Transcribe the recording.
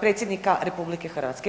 Predsjednika RH?